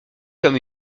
comme